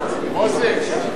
נאמר לי כאן